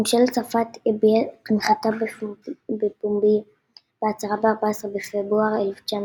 ממשלת צרפת הביעה תמיכתה בפומבי בהצהרה ב-14 בפברואר 1918